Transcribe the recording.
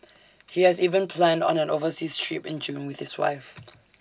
he has even planned an overseas trip in June with his wife